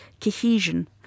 cohesion